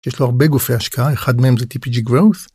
יש לו הרבה גופי השקעה אחד מהם זה TPG Growth.